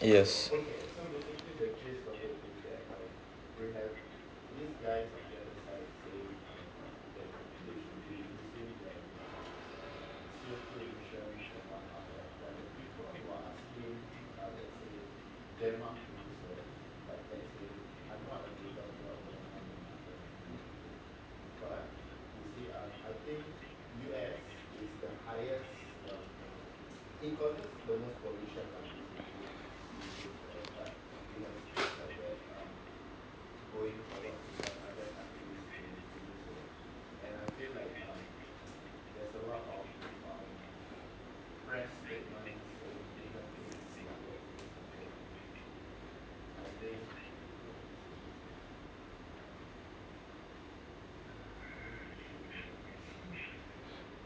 yes